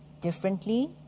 differently